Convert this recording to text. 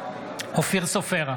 אופיר סופר,